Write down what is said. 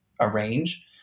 arrange